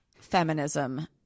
feminism